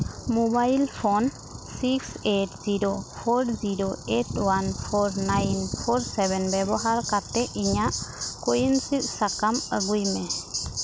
mobile phone six eight zero four zero eight one four nine four seven ᱵᱮᱵᱚᱦᱟᱨ ᱠᱟᱛᱮ ᱤᱧᱟᱹᱜ ᱠᱳᱭᱤᱱᱥᱤᱫ ᱥᱟᱠᱟᱢ ᱟᱹᱜᱩᱭ ᱢᱮ